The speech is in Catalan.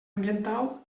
ambiental